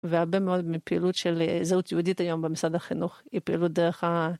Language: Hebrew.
והרבה מאוד מפעילות של זהות יהודית היום במשרד החינוך, היא פעילות דרך ה...